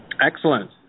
Excellent